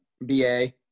BA